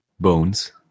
Bones